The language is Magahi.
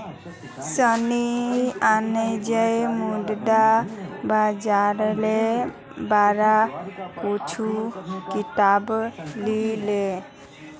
सन्नी आईज मुद्रा बाजारेर बार कुछू किताब ली ले